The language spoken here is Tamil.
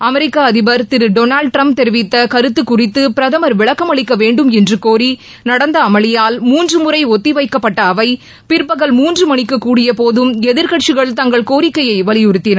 அமெரிக்க அதிபர் திரு டொனால்ட் ட்ரம்ப் தெரிவித்த கருத்து குறித்து பிரதமர் விளக்கம் அளிக்க வேண்டும் என்று கோரி நடந்த அமளியால் மூன்று முறை ஒத்தி வைக்கப்பட்ட அவை பிற்பகல் மூன்று மணிக்கு கூடிய போதும் எதிர்க்கட்சிகள் தங்கள் கோரிக்கையை வலியுறுத்தின